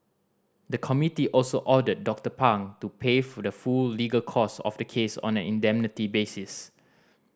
the committee also ordered Doctor Pang to pay full the full legal cost of the case on an indemnity basis